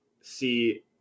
see